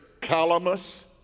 calamus